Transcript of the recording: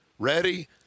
Ready